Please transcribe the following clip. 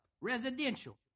Residential